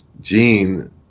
gene